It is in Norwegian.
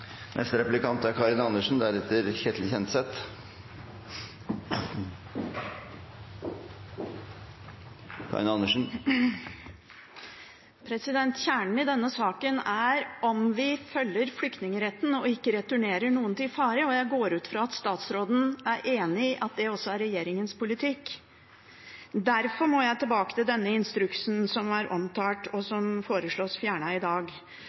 Kjernen i denne saken er om vi følger flyktningretten og ikke returnerer noen til fare. Jeg går ut fra at statsråden er enig i at det også er regjeringens politikk. Derfor må jeg tilbake til denne instruksen som er omtalt, og som foreslås fjernet i dag